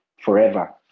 forever